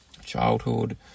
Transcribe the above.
childhood